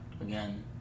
again